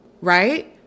right